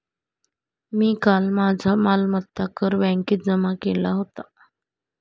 मी काल माझा मालमत्ता कर बँकेत जमा केला होता